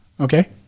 Okay